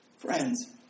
Friends